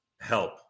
help